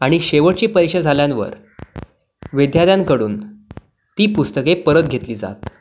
आणि शेवटची परीक्षा झाल्यांवर विद्यार्थ्यांकडून ती पुस्तके परत घेतली जात